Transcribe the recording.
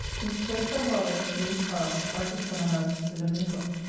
miss clarissa harlowe, to miss howe ivy summer-house, eleven o'clock.